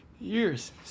years